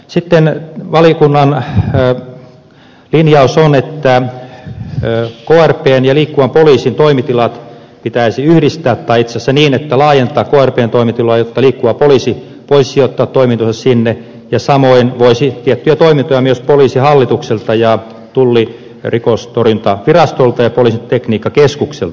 sitten valiokunnan linjaus on että krpn ja liikkuvan poliisin toimitilat pitäisi yhdistää tai itse asiassa laajentaa krpn toimitiloja jotta liikkuva poliisi voisi sijoittaa toimintonsa sinne samoin tiettyjä toimintoja myös poliisihallitukselta tullin rikostorjunnasta ja poliisin tekniikkakeskukselta